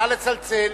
נא לצלצל.